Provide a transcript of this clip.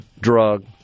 drug